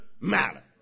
matter